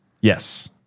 yes